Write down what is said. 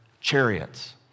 chariots